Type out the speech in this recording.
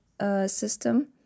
system